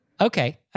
Okay